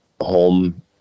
home